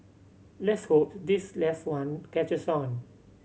let's hope this last one catches on